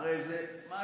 הרי זה משהו,